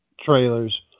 trailers